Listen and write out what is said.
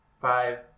five